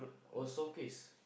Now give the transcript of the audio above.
oh Solecase